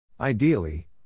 Ideally